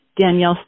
Danielle